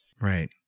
Right